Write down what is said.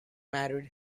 married